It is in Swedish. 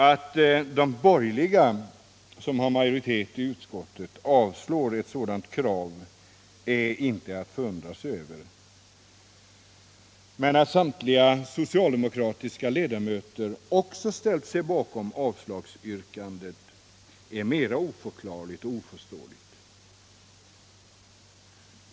Att de borgerliga, som har majoritet i utskottet, avstyrker ett sådant krav är inte att förundra sig över, men att samtliga socialdemokratiska ledamöter också ställt sig bakom avslagsyrkandet är mera oförklarligt och oförståeligt.